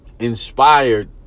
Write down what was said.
inspired